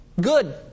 good